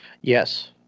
Yes